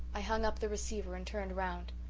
i hung up the receiver and turned round.